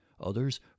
others